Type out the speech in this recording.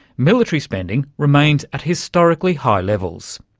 military spending remains at historically high levels.